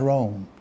Rome